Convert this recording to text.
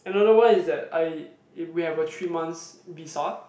another one is that I if we have a three months visa